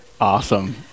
Awesome